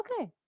Okay